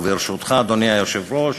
וברשותך, אדוני היושב-ראש,